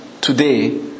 today